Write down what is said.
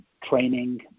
training